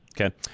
Okay